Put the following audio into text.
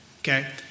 Okay